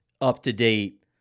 up-to-date